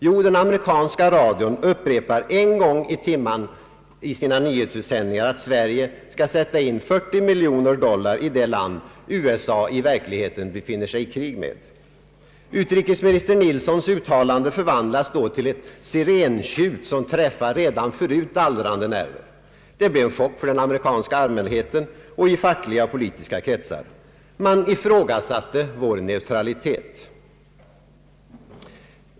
Jo, den amerikanska radion upprepar en gång i timmen i sina nyhetsutsändning ar att Sverige skall sätta in 40 miljoner dollar i det land USA i verkligheten befinner sig i krig med. Utrikesminister Nilssons uttalande förvandlas då till ett sirentjut som träffar redan förut dallrande nerver. Det blev en chock för den amerikanska allmänheten och i fackliga och politiska kretsar. Man ifrågasatte vår neutralitet.